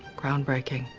groundbreaking.